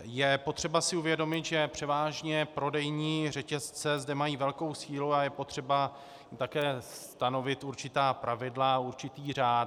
Je potřeba si uvědomit, že převážně prodejní řetězce zde mají velkou sílu a je potřeba také stanovit určitá pravidla a určitý řád.